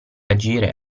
agire